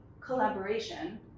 collaboration